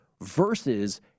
versus